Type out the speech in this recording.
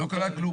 לא קרה כלום.